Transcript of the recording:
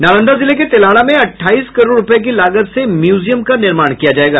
नालंदा जिले के तेल्हाड़ा में अट्ठाईस करोड़ रुपये की लागत से म्यूजियम का निर्माण किया जायेगा